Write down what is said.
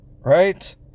Right